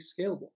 scalable